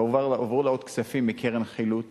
והועברו להם עוד כספים מקרן חילוט